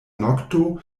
nokto